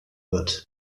wird